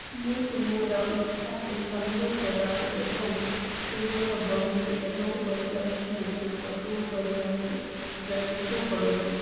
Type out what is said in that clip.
ମୁଁ ତୁମର ଇଚ୍ଛାକୁ ସମ୍ମାନ ଦେବାକୁ ଏବଂ ତୁମର ବନ୍ଧୁ ଏବଂ ପରିବାରକୁ ମଧ୍ୟ ପୋଷଣ କରିବାକୁ ପ୍ରତିଜ୍ଞା କରୁଛି